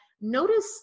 notice